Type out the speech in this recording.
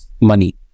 money